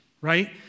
right